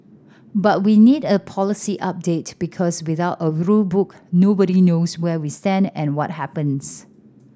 but we need a policy update because without a rule book nobody knows where we stand and what happens